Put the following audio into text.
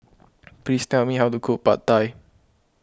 please tell me how to cook Pad Thai